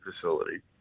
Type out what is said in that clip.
facility